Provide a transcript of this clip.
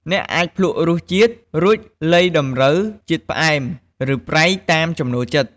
អ្នកអាចភ្លក្សរសជាតិ រួចលៃតម្រូវជាតិផ្អែម ឬប្រៃតាមចំណូលចិត្ត។